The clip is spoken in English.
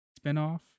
spinoff